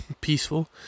peaceful